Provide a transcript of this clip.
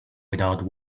without